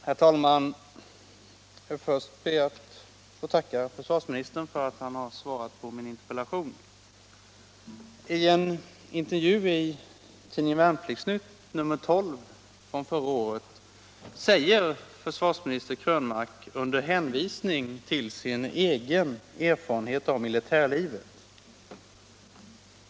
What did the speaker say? Herr talman! Jag skall först be att få tacka försvarsministern för att han svarade på min interpellation.